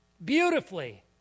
Beautifully